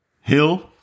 Hill